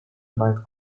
night